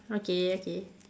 okay okay